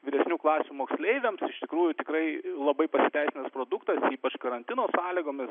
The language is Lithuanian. vyresnių klasių moksleiviams iš tikrųjų tikrai labai pasiteisnęs produktais ypač karantino sąlygomis